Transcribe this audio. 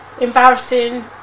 embarrassing